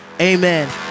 Amen